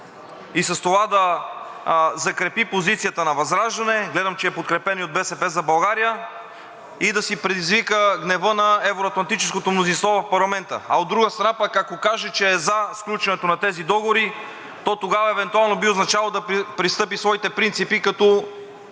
и с това да закрепи позицията на ВЪЗРАЖДАНЕ, гледам, че е подкрепена и от „БСП за България“, и да си предизвика гнева на евро-атлантическото мнозинство в парламента, а от друга страна, ако каже, че е за сключването на тези договори, то тогава евентуално би означавало да престъпи своите принципи като